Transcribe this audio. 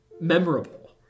memorable